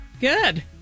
Good